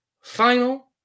final